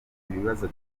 ibibazo